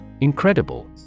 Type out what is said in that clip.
Incredible